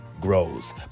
grows